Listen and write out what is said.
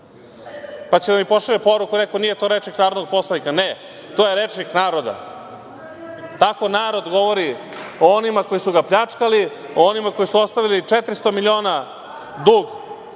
će mi poslati poruku – nije to rečnik narodnog poslanika. Ne, to je rečnik naroda. Tako narod govori o onima koji su ga pljačkali, o onima koji su ostavili 400 miliona dug